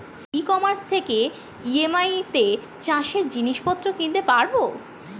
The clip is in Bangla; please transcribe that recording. ই কমার্স থেকে আমি ই.এম.আই তে চাষে জিনিসপত্র কিনতে পারব?